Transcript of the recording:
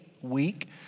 week